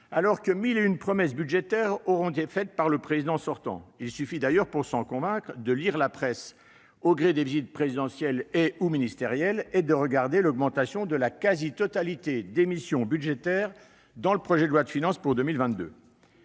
alors que mille et une promesses budgétaires auront été faites par le président sortant. Il suffit pour s'en convaincre de lire la presse au gré des visites présidentielles et/ou ministérielles, et d'observer l'augmentation de la quasi-totalité des crédits des missions du prochain projet de loi de finances.